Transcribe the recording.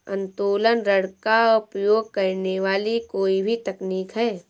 उत्तोलन ऋण का उपयोग करने वाली कोई भी तकनीक है